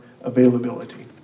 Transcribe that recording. availability